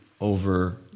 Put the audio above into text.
over